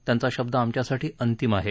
त्यांचा शब्द आमच्यासाठी अंतिम आहे